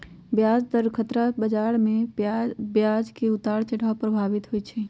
ब्याज दर खतरा बजार में ब्याज के उतार चढ़ाव प्रभावित होइ छइ